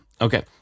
Okay